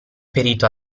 perito